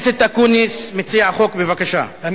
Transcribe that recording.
הכנסת אקוניס, מציע החוק, בבקשה.